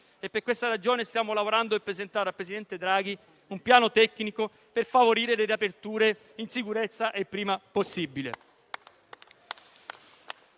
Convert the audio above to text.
per questa ragione stiamo lavorando per presentare al presidente Draghi un piano tecnico per favorire le riaperture in sicurezza e il prima possibile.